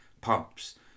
pumps—